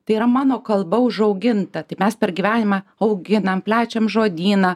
tai yra mano kalba užauginta taip mes per gyvenimą auginam plečiam žodyną